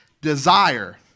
desire